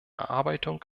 erarbeitung